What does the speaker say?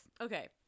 Okay